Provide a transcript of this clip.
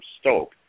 Stoke